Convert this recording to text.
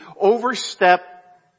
overstep